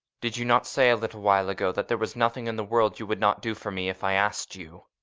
did you not say a little while ago, that there was nothing in the world you would not do for me, if i asked you?